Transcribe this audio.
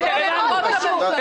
זה מאוד קשור: